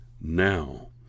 now